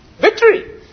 victory